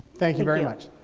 thank you very much.